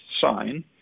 sign